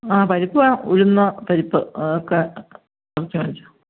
ആ പരിപ്പ് വേണം ഉഴുന്ന് പരിപ്പ് ഒക്കെ മേടിച്ചോ മേടിച്ചോ